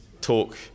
talk